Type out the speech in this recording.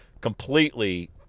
completely